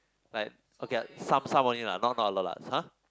like okay ah some some only lah now not a lot lah !huh!